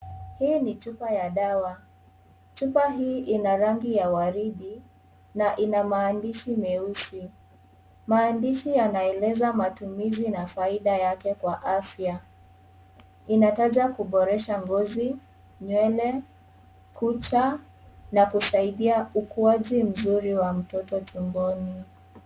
Hii ni chupa ya dawa ,chupa hii ina rangi ya waridi na ina maandishi meusi, maandishi yanaeleza matumizi na faida yake kwa afya, inataja kuboresha ngozi, nywele, kucha na kusaidia ukuaji mzuri wa mtoto tumboni.